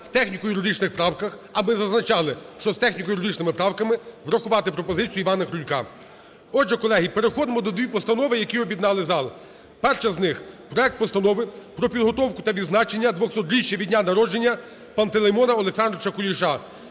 в техніко-юридичних правках аби зазначали, що з техніко-юридичними правками врахувати пропозицію Івана Крулька. Отже, колеги, переходимо до двох постанов, які об'єднали зал. Перша з них – проект Постанови про підготовку та відзначення 200-річчя від дня народження Пантелеймона Олександровича Куліша